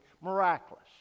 miraculous